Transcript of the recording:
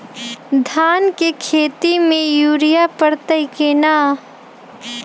धान के खेती में यूरिया परतइ कि न?